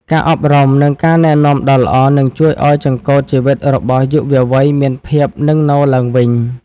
ការអប់រំ និងការណែនាំដ៏ល្អ នឹងជួយឱ្យចង្កូតជីវិតរបស់យុវវ័យមានភាពនឹងនឡើងវិញ។